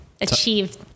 achieve